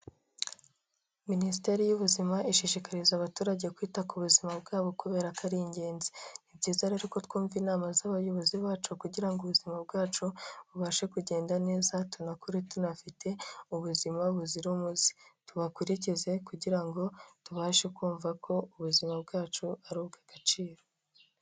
Minisiteri y'ubuzima ishishikariza abaturage kwita ku buzima bwabo kubera ko ari ingenzi, ni byiza rero ko twumva inama z'abayobozi bacu kugira ngo ubuzima bwacu bubashe kugenda neza, tunakore tunafite ubuzima buzira umuze, tubakurikize kugira ngo tubashe kumva ko ubuzima bwacu ari ubw'agaciro.